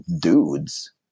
dudes